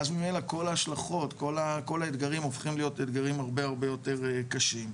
ואז ממילא כל ההשלכות וכל האתגרים הופכים להיות הרבה הרבה יותר קשים.